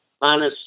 minus